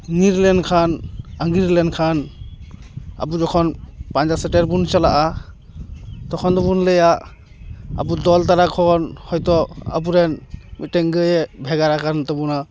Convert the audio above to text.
ᱧᱤᱨ ᱞᱮᱱᱠᱷᱟᱱ ᱟᱸᱜᱤᱨ ᱞᱮᱱᱠᱷᱟᱱ ᱟᱵᱚ ᱡᱚᱠᱷᱚᱱ ᱯᱟᱸᱡᱟ ᱥᱮᱴᱮᱨ ᱵᱚᱱ ᱪᱟᱞᱟᱜᱼᱟ ᱛᱚᱠᱷᱚᱱ ᱫᱚᱵᱚᱱ ᱞᱟᱹᱭᱟ ᱟᱵᱚ ᱫᱚᱞ ᱛᱟᱞᱟ ᱠᱷᱚᱱ ᱦᱳᱭ ᱛᱚ ᱟᱵᱚ ᱨᱮᱱ ᱢᱤᱫᱴᱮᱱ ᱜᱟᱹᱭᱮ ᱵᱷᱮᱜᱟᱨᱟᱠᱟᱱ ᱛᱟᱵᱚᱱᱟ